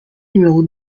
numéro